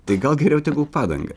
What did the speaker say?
tai gal geriau tegul padangą